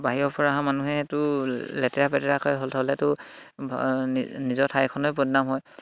বাহিৰৰ পৰা অহা মানুহে এইটো লেতেৰা পেতেৰাকৈ থলেতো নিজৰ ঠাইখনেই বদনাম হয়